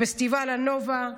לפסטיבל הנובה,